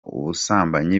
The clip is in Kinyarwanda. ubusambanyi